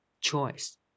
choice